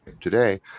today